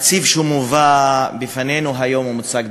התקציב שמובא בפנינו היום ומוצג,